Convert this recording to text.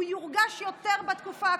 הוא יורגש יותר בתקופה הקרובה.